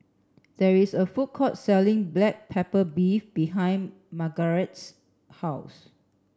there is a food court selling black pepper beef behind Margarette's house